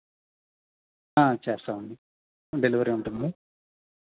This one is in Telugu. చేస్తాం అండి డెలివరీ ఉంటుంది